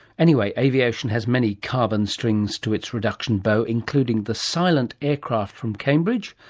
anyway, aviation has many carbon strings to its reduction bow, including the silent aircraft from cambridge,